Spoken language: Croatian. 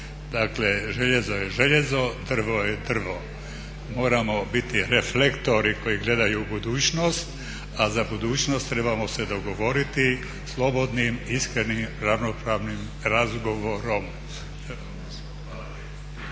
Dakle željezo je željezo, drvo je drvo. Moramo biti reflektori koji gledaju u budućnost, a za budućnost trebamo se dogovoriti slobodnim, iskrenim, ravnopravnim razgovorom.